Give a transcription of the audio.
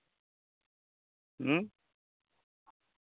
ᱦᱮᱸ